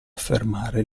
affermare